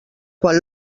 quan